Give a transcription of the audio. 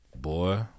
Boy